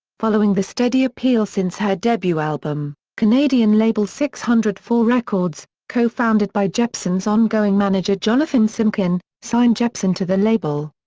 following the steady appeal since her debut album, canadian label six hundred and four records, co-founded by jepsen's ongoing manager jonathan simkin, signed jepsen to the label.